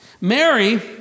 Mary